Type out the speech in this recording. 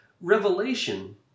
revelation